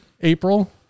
April